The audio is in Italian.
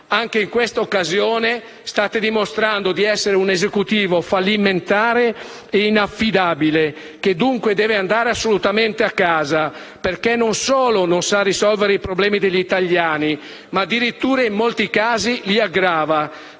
Anche in questa occasione state dimostrando di essere un Esecutivo fallimentare e inaffidabile, che dunque deve andare assolutamente a casa, perché non solo non sa risolvere i problemi degli italiani, ma addirittura in molti casi li aggrava.